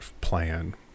plan